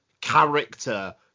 character